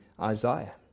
Isaiah